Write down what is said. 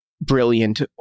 brilliant